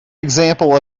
example